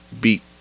beat